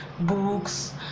books